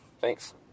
Thanks